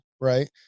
Right